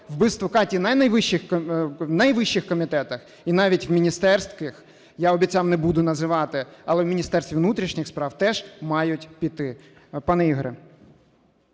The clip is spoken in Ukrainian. вбивство Каті на найвищих кабінетах, і навіть у міністерських, я обіцяв, не буду називати, але в Міністерстві внутрішніх справ теж, мають піти.